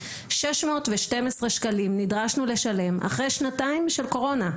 612 ש"ח נדרשנו לשלם אחרי שנתיים של קורונה,